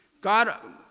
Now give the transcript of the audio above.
God